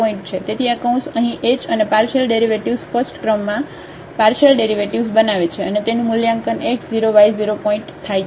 તેથી આ કૌંસ અહીં h અને પાર્શિયલ ડેરિવેટિવ્ઝ ફસ્ટક્રમમાં પાર્શિયલ ડેરિવેટિવ્ઝ બનાવે છે અને તેનું મૂલ્યાંકનx 0 y 0 પોઇન્ટએ થાય છે